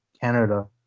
Canada